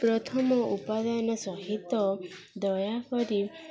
ପ୍ରଥମ ଉପାଦାନ ସହିତ ଦୟାକରି